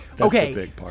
okay